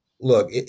look